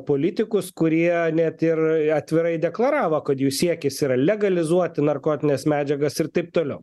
politikus kurie net ir atvirai deklaravo kad jų siekis yra legalizuoti narkotines medžiagas ir taip toliau